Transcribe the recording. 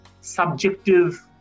subjective